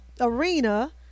arena